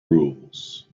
rules